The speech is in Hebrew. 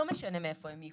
לא משנה מאיפה מהם,